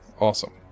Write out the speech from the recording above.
Awesome